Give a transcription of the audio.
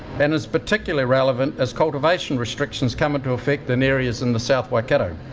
and is particularly relevant as cultivation restrictions come into effect in areas in the south waikato.